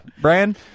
Brian